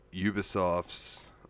Ubisoft's